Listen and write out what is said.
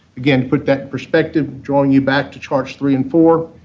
again, put that perspective drawing you back to charts three and four.